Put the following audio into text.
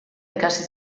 ikasi